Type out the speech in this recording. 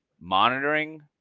monitoring